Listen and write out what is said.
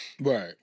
Right